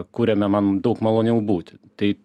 kuriame man daug maloniau būti tai